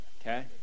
Okay